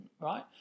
right